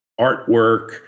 artwork